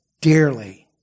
dearly